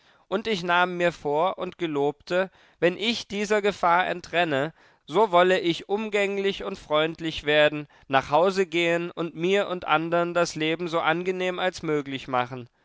und ich nahm mir vor und gelobte wenn ich dieser gefahr entränne so wolle ich umgänglich und freundlich werden nach hause gehen und mir und andern das leben so angenehm als möglich machen